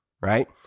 right